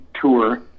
tour